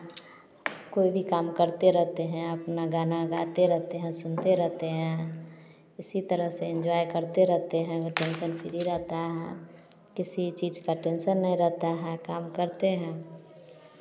कोई भी काम करते रहते हैं अपना गाना गाते रहते हैं सुनते रहते हैं इसी तरह इंजॉय करते रहते हैं टेंसन फ्री रहता है किसी चीज का टेंसन नहीं रहता है काम करते हैं